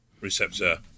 receptor